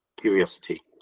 curiosity